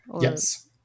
Yes